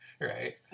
Right